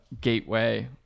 Gateway